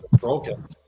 broken